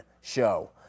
show